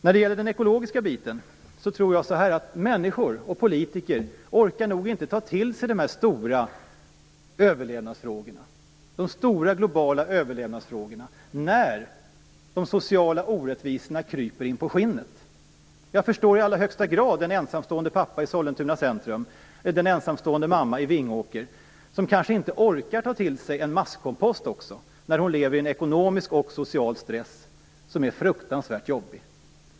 När det gäller den ekologiska delen orkar människor och politiker nog inte ta till sig de stora globala överlevnadsfrågorna när de sociala orättvisorna kryper in på skinnet. Jag förstår i allra högsta grad den ensamstående pappa i Sollentuna centrum och den ensamtående mamma i Vingåker som kanske inte orkar ta till sig också en maskkompost när de lever under en ekonomisk och social stress som är fruktansvärt jobbig.